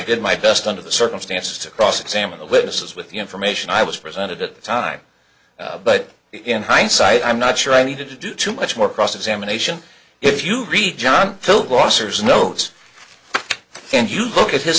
did my best under the circumstances to cross examine the witnesses with the information i was presented at the time but in hindsight i'm not sure i needed to do too much more cross examination if you read john pilger officers notes and you look at his